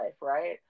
right